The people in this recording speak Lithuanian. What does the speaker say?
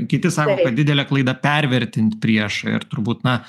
kiti sako kad didelė klaida pervertint priešą ir turbūt na